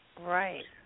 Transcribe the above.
Right